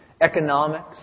economics